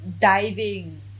Diving